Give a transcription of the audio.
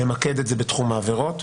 למקד את זה בתחום העבירות.